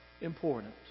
important